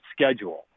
schedule